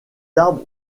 arbres